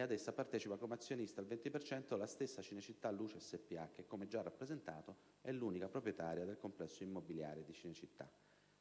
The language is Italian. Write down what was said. ad essa partecipa come azionista al 20 per cento la stessa Cinecittà Luce SpA che, come già rappresentato, è l'unica proprietaria del complesso immobiliare di Cinecittà.